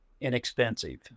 inexpensive